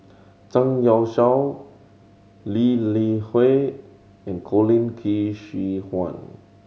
Zhang Youshuo Lee Li Hui and Colin Qi Zhe Quan